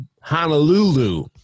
Honolulu